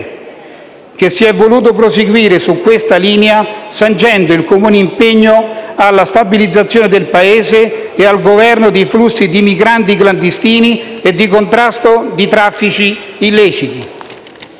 che si è voluto proseguire su questa linea sancendo il comune impegno alla stabilizzazione del Paese e al Governo dei flussi di migranti clandestini e di contrasto ai traffici illeciti.